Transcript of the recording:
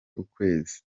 ukwezi